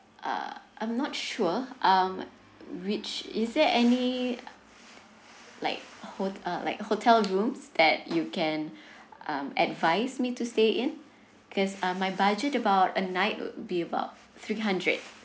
uh I'm not sure um which is there any like ho~ uh like hotel rooms that you can um advise me to stay in because uh my budget about a night would be about three hundred